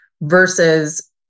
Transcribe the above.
versus